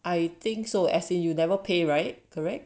I think so as in you never pay right correct